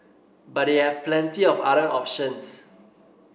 but they have plenty of other options